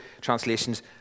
translations